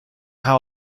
how